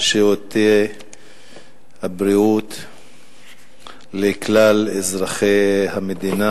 שירותי הבריאות לכלל אזרחי המדינה.